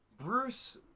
Bruce